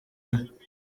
iwe